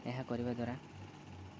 ଏହା କରିବା ଦ୍ୱାରା